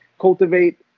cultivate